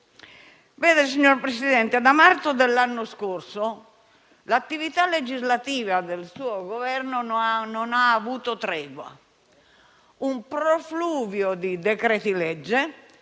del Consiglio, da marzo dell'anno scorso l'attività legislativa del suo Governo non ha avuto tregua: un profluvio di decreti-legge,